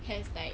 has like